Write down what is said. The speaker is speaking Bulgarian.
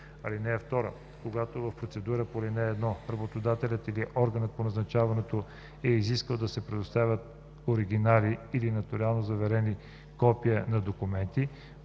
друго. (2) Когато в процедура по ал. 1 работодателят или органът по назначаването е изискал да се представят оригинали или нотариално заверени копия на документи,